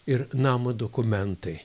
ir namo dokumentai